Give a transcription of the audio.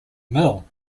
mill